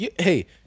Hey